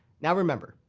now, remember,